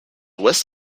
west